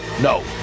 No